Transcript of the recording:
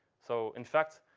so in fact,